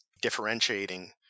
differentiating